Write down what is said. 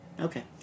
Okay